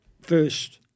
first